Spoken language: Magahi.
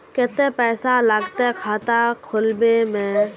केते पैसा लगते खाता खुलबे में?